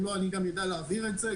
ואם לא אני גם אדע להעביר את זה.